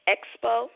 Expo